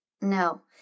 no